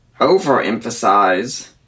overemphasize